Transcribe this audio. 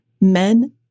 men